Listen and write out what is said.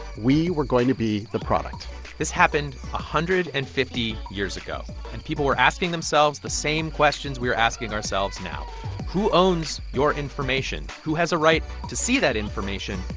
we were going to be the product this happened one ah hundred and fifty years ago. and people were asking themselves the same questions we are asking ourselves now who owns your information? who has a right to see that information?